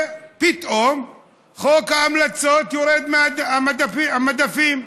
ופתאום חוק ההמלצות יורד מהמדפים.